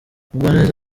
mugwaneza